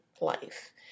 life